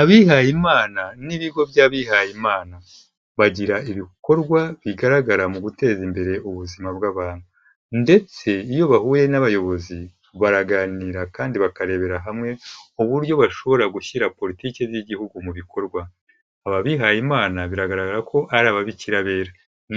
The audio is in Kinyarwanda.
Abihayimana n'ibigo by'abihayimana. Bagira ibikorwa bigaragara mu guteza imbere ubuzima bw'abantu. Ndetse iyo bahuye n'abayobozi, baraganira kandi bakarebera hamwe uburyo bashobora gushyira politiki by'Igihugu mu bikorwa. Aba bihayimana biragaragara ko ari ababikira bera.